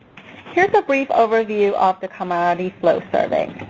here's a brief overview of the commodity flow survey.